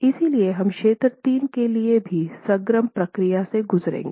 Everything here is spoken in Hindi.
इसलिए हम क्षेत्र 3 के लिए भी समग्र प्रक्रिया से गुजरेंगे